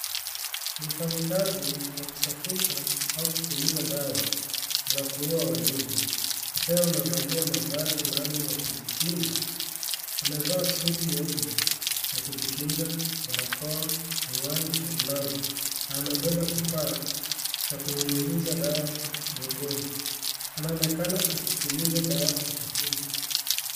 Ni mfanyakazi wa kusafisha na kupuliza dawa za kuoa wadudu. Akiwa amevalia mavazi maalum ya kujikinga. Amevaa suti nyeupe ya kujikinga, barakora, miwani na glavu, na amebeba kifaa cha kunyunyiza dawa mgongoni. Anaonekana akipuliza dawa sakafuni.